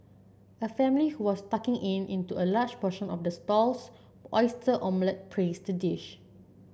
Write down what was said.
a family who was tucking in into a large portion of the stall's oyster omelette praised the dish